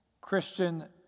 Christian